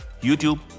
YouTube